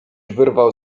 wyrwał